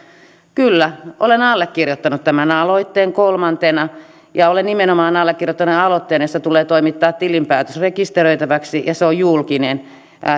kyllä olen allekirjoittanut tämän aloitteen kolmantena ja olen nimenomaan allekirjoittanut aloitteen jossa tulee toimittaa tilinpäätös rekisteröitäväksi ja se on julkinen